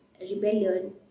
rebellion